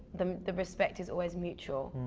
the the respect is always mutual.